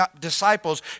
disciples